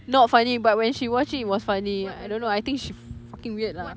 not funny but when she watch it it was funny ya I don't know I think she fucking weird lah